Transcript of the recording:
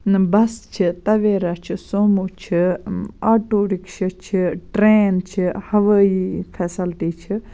نم بَسہٕ چھِ تَویرا چھِ سوموٗ چھِ آٹوٗ رِکشا چھِ ٹرٛین چھِ ہوٲیی فیسَلٹی چھِ